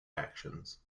actions